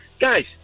guys –